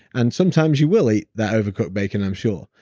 and sometimes you will eat that overcooked bacon, i'm sure.